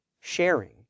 sharing